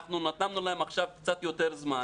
אנחנו נתנו להם עכשיו קצת יותר זמן